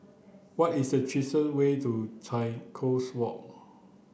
what is the cheapest way to Changi Coast Walk